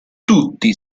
tutti